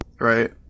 Right